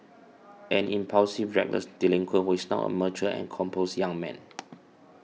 an impulsive reckless delinquent who is now a mature and composed young man